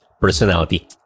personality